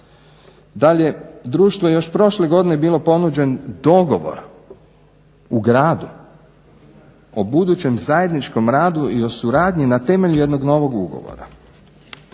Dalje, društvu je još prošle godine bio ponuđen dogovor u gradu o budućem zajedničkom radu i o suradnji na temelju jednog novog ugovora.